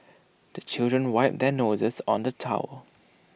the children wipe their noses on the towel